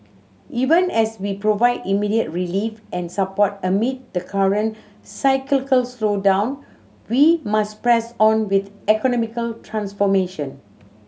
even as we provide immediate relief and support amid the current cyclical slowdown we must press on with economic transformation